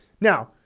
now